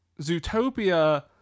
Zootopia